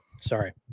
Sorry